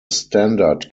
standard